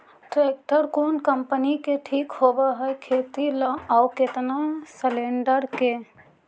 Tractor कोन company के ठीक होब है खेती ल औ केतना सलेणडर के?